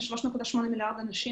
עם 3.8 מיליארד אנשים,